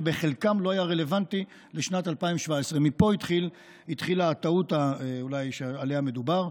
שבחלקם לא היה רלוונטי לשנת 2017. מפה אולי התחילה הטעות שעליה מדובר.